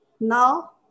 now